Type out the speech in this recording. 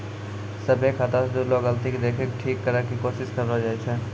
सभ्भे खाता से जुड़लो गलती के देखि के ठीक करै के कोशिश करलो जाय छै